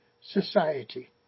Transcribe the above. Society